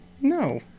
No